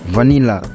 Vanilla